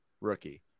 Rookie